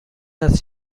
است